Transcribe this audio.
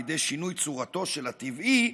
"לידי שינוי צורתו של הטבעי"